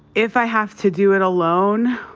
if i have to do it alone,